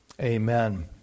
amen